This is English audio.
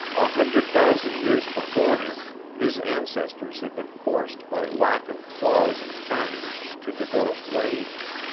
a hundred thousand years before him his ancestors had been forced by lack of claws and fangs to develop brains.